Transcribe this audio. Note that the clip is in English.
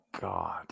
God